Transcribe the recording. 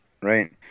right